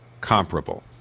comparable